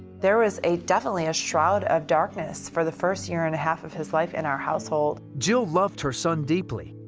there was definitely a shroud of darkness for the first year and a half of his life in our household. jill loved her son deeply.